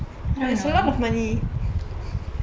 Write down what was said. kind of